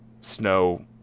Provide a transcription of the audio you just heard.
Snow